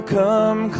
come